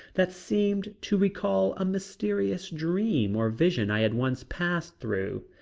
that seemed to recall a mysterious dream or vision i had once passed through.